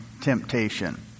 temptation